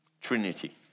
Trinity